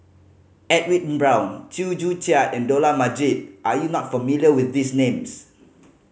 Edwin Brown Chew Joo Chiat and Dollah Majid are you not familiar with these names